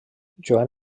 joan